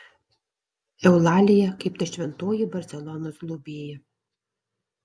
eulalija kaip ta šventoji barselonos globėja